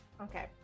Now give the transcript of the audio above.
Okay